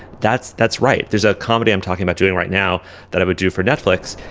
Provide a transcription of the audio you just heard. that's. that's right. there's a comedy i'm talking about doing right now that i would do for netflix.